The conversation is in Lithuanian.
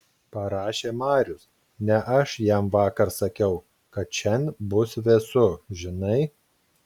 parašė marius ne aš jam vakar sakiau kad šian bus vėsu žinai